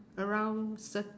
a round circ~